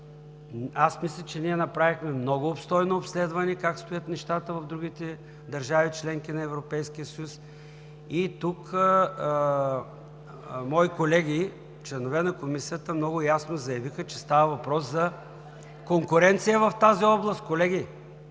Мисля, че ние направихме много обстойно обследване как стоят нещата в другите държави – членки на Европейския съюз, и тук мои колеги – членове на Комисията, много ясно заявиха, че става въпрос за конкуренция в тази област. Колеги,